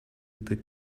the